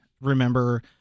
remember